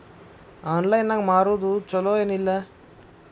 Online ನಾಗ್ ಮಾರೋದು ಛಲೋ ಏನ್ ಇಲ್ಲ?